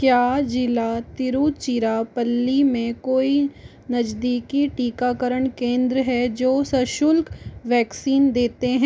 क्या ज़िला तिरुचिरापल्ली में कोई नज़दीकी टीकाकरण केंद्र हैं जो स शुल्क वैक्सीन देते हैं